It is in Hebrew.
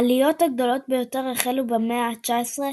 העליות הגדולות ביותר החלו במאה ה־19,